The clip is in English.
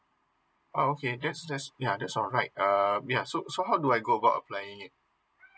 oh okay that's that's ya that's alright um ya so so how do I go about applying it